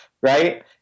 right